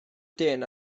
dyn